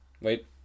Wait